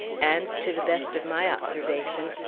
and, to the best of my observation,